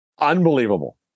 unbelievable